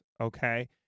Okay